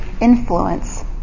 influence